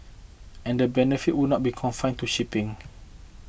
and the benefits would not be confined to shipping